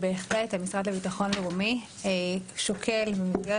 בהחלט המשרד לביטחון לאומי שוקל במסגרת